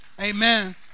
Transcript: Amen